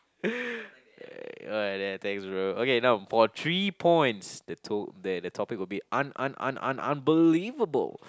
alright then thanks bro okay now for three points the to the the topic will be un~ un~ un~ unbelievable